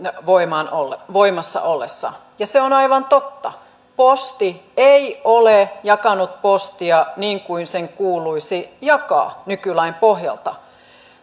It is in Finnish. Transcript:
voimassa ollessa ja se on aivan totta posti ei ole jakanut postia niin kuin sen kuuluisi jakaa nykylain pohjalta